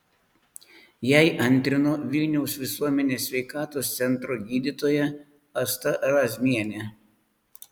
jai antrino vilniaus visuomenės sveikatos centro gydytoja asta razmienė